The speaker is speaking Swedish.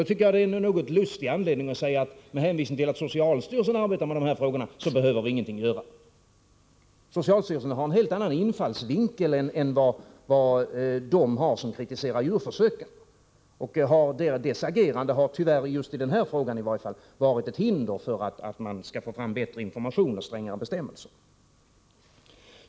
Då är det något lustigt att säga att ingenting behöver göras, eftersom socialstyrelsen arbetar med dessa frågor. Socialstyrelsen har en helt annan infallsvinkel än de har som kritiserar djurförsöken. Socialstyrelsens agerande just i denna fråga har varit ett hinder för att man skall få fram bättre information och strängare bestämmelser.